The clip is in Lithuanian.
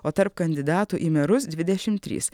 o tarp kandidatų į merus dvidešimt trys